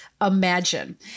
imagine